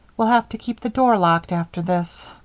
we'll have to keep the door locked after this.